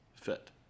fit